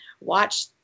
watch